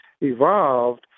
evolved